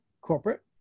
corporate